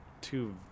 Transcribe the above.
two